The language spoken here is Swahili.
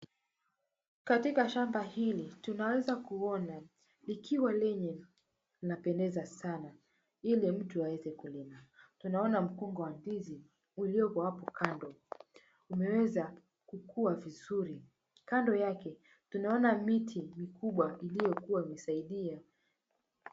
Katika shamba hili tunaeza kuona likiwa lenye lina pendeza sana ili mtu aweze mkulima. Tunaona mkongo wa ndizi uliopo hapo kando umeweza kukua vizuri. Kando yake tunaona miti mikubwa iliyokuwa ikisaidia.